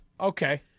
okay